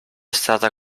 stata